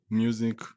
music